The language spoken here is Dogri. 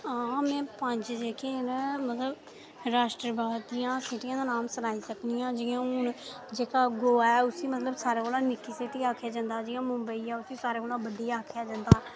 आं में पंज जेह्कियां न मतलब राष्ट्रवाद दियां पंज सीटियां दे नाम सनाई सकनीं आं जेह्का हून गोवा ऐ उसी हून सारें कोला निक्की सिटी आखेआ जंदा हून मुबंई ऐ उसी सारें कोला बड्डी आक्खेआ जंदा